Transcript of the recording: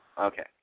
Okay